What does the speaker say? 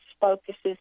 focuses